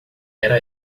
era